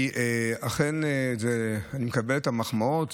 אני אכן מקבל את המחמאות.